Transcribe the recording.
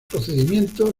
procedimiento